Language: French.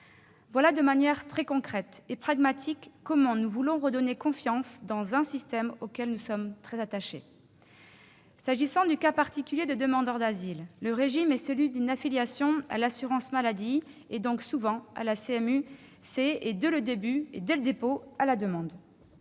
Voilà de manière très concrète et pragmatique comment nous voulons redonner confiance dans un système auquel nous sommes très attachés. S'agissant du cas particulier des demandeurs d'asile, le régime est celui d'une affiliation à l'assurance maladie, et donc souvent à la CMU-C, dès le dépôt de la demande.